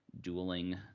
dueling